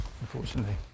unfortunately